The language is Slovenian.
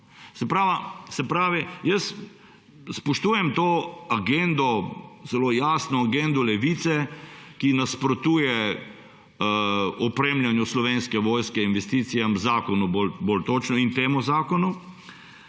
Se pravi, jaz spoštujem to agendo, zelo jasno agendo Levice, ki nasprotuje opremljanju Slovenske vojske, investicijam, zakonu, bolj točno, in temu zakonu,